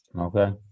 okay